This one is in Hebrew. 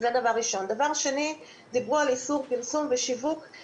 דבר שני, דיברו על איסור פרסום ושיווק.